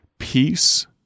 Peace